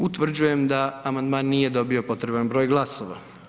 Utvrđujem da amandman nije dobio potreban broj glasova.